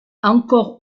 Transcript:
encore